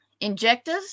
injectors